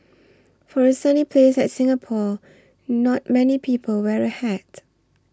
for a sunny place like Singapore not many people wear a hat